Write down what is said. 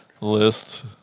list